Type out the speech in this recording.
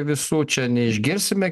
visų čia neišgirsime